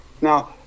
Now